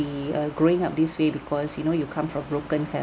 be uh growing up this way because you know you come from broken